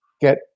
get